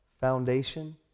foundation